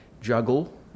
juggle